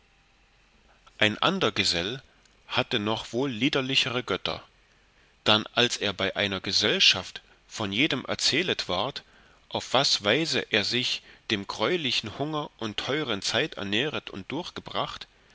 ein ander gesell hatte noch wohl liederlichere götter dann als bei einer gesellschaft von jedem erzählet ward auf was weise er sich in dem greulichen hunger und teuren zeit ernähret und durchgebracht